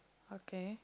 okay